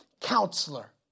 counselor